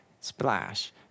Splash